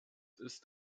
ist